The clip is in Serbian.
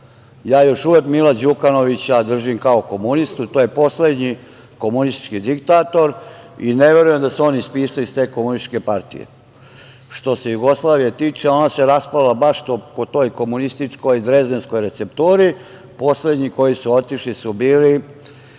još uvek Mila Đukanovića držim kao komunistu. To je poslednji komunistički diktator i ne verujem da se on ispisao iz te komunističke partije. Što se Jugoslavije tiče, ona se raspala baš po toj komunističkom drezdenskoj receptri. Poslednji koji su otišli su bili